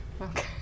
okay